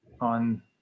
on